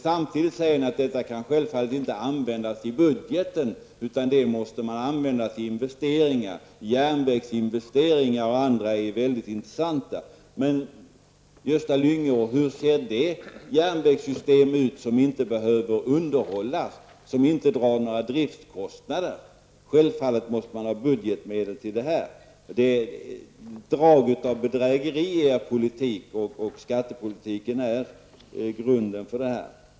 Samtidigt säger ni att detta inte kan påverka budgeten, utan medlen måste användas för investeringar. Järnvägsinvesteringar och andra investeringar är mycket intressanta, men hur ser det järnvägssystem, Gösta Lyngå, ut som inte behöver underhållas, som inte drar några driftskostnader? Självfallet måste man använda budgetmedel. Det finns inslag av bedrägeri i er politik, och skattepolitiken är grunden för detta.